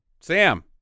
sam